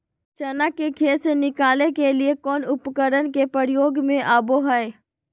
चना के खेत से निकाले के लिए कौन उपकरण के प्रयोग में आबो है?